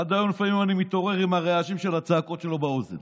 עד היום לפעמים אני מתעורר עם הרעשים של הצעקות שלו באוזן,